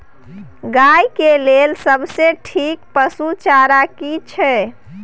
गाय के लेल सबसे ठीक पसु चारा की छै?